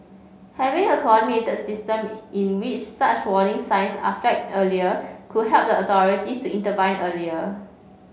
having a coordinated system in which such warning signs are flagged earlier could help the authorities to intervene earlier